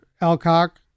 Alcock